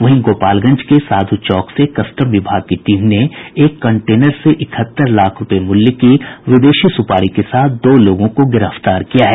वहीं गोपालगंज के साध् चौक से कस्टम विभाग की टीम ने एक कन्टेनर से इकहत्तर लाख रूपये मूल्य की विदेशी सुपारी के साथ दो लोगों को गिरफ्तार किया है